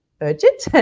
urgent